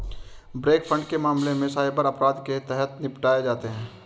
bank fraud के मामले cyber अपराध के तहत निपटाए जाते हैं